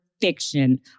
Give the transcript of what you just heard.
fiction